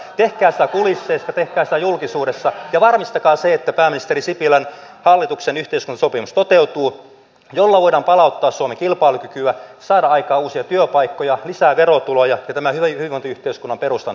tehkää sitä kulisseissa tehkää sitä julkisuudessa ja varmistakaa että pääministeri sipilän hallituksen yhteiskuntasopimus toteutuu koska sillä voidaan palauttaa suomen kilpailukykyä saada aikaan uusia työpaikkoja ja lisää verotuloja ja säilyttää tämän hyvinvointiyhteiskunnan perustaa